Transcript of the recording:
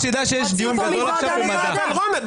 נשיא בית המשפט העליון יוחלף כל פעם כשמתחלפת ממשלה ומתחלפת כנסת?